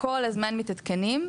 כל הזמן מתעדכנים,